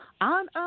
on